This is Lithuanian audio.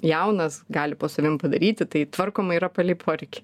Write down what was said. jaunas gali po savim padaryti tai tvarkoma yra palei poreikį